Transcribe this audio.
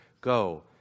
Go